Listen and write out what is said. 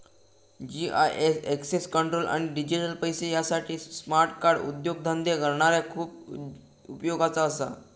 GIS access control आणि digital पैशे यासाठी स्मार्ट कार्ड उद्योगधंदे करणाऱ्यांसाठी खूप उपयोगाचा असा